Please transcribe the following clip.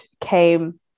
came